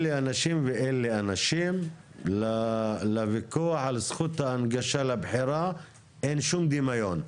אלה אנשים ואלה אנשים לוויכוח על זכות ההנגשה לבחירה אין שום דמיון,